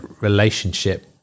relationship